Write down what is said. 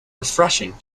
refreshing